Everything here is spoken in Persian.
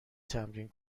تمرین